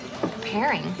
Preparing